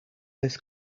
this